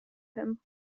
him